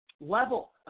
level